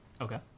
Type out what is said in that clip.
Okay